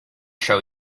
show